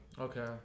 Okay